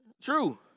True